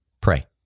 pray